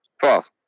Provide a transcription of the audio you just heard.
False